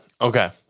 okay